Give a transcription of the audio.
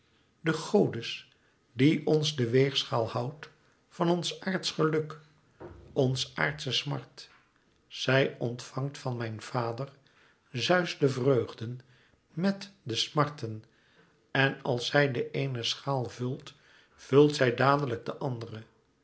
de godes die ons de weegschaal houdt van ons aardsch geluk onze aardsche smart zij ontvangt van mijn vader zeus de vreugden mèt de smarten en als zij de eene schaal vult vult zij dadelijk de andere